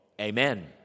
Amen